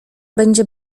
będzie